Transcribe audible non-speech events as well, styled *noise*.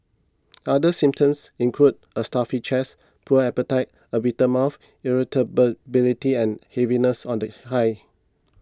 other symptoms include a stuffy chest poor appetite a bitter mouth *unintelligible* ability and heaviness of the hide